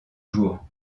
jour